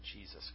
Jesus